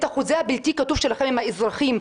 את החוזה הבלתי כתוב שלכם עם האזרחים,